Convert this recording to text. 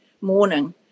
morning